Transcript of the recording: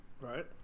Right